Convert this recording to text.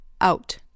out